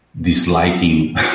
disliking